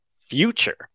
future